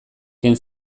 ken